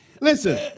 listen